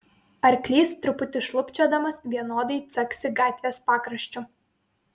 arklys truputį šlubčiodamas vienodai caksi gatvės pakraščiu